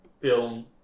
film